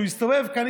כשהוא יסתובב כאן,